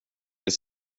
det